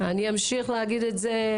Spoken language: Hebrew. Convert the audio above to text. אני אמשיך להגיד את זה.